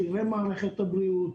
בכירי מערכת הבריאות,